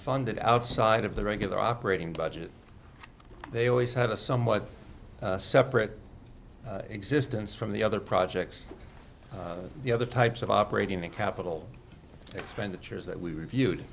funded outside of the regular operating budget they always had a somewhat separate existence from the other projects the other types of operating the capital expenditures that we reviewed